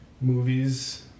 movies